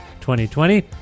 2020